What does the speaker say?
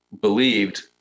believed